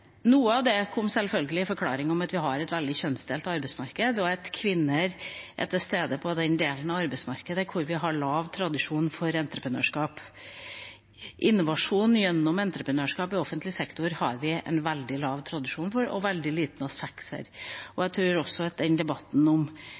at kvinner er til stede i den delen av arbeidsmarkedet der vi har liten tradisjon for entreprenørskap. Innovasjon gjennom entreprenørskap i offentlig sektor har vi veldig lite tradisjon for og veldig